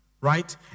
right